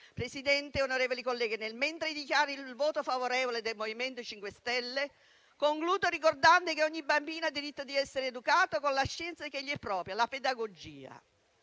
Presidente, onorevoli colleghi, nel mentre dichiaro il voto favorevole del MoVimento 5 Stelle, concludo ricordando che ogni bambino ha diritto di essere educato con la scienza che gli è propria: la pedagogia.